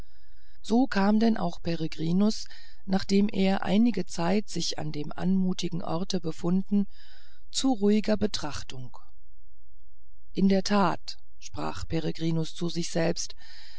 so kam denn auch peregrinus nachdem er einige zeit sich an dem anmutigen orte befunden zu ruhiger betrachtung in der tat sprach peregrinus zu sich selbst